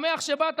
שמח שבאת.